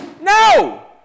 No